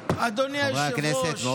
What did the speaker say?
מאוד.